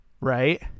right